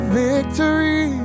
victory